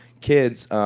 kids